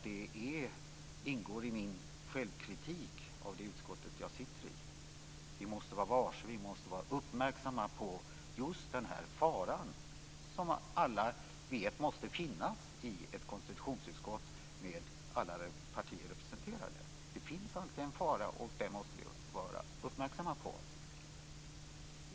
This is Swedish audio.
Det ingår i min självkritik av det utskott jag sitter i. Vi måste vara varse och uppmärksamma på just den fara som vi alla vet måste finnas i ett konstitutionsutskott med alla partier representerade. Det finns alltid en fara, och den måste vi vara uppmärksamma på.